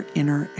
inner